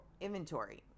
inventory